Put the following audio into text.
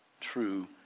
true